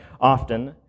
often